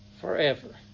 forever